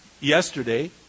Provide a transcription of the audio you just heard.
yesterday